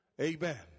Amen